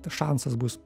šansas bus